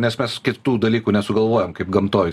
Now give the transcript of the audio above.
nes mes kitų dalykų nesugalvojam kaip gamtoj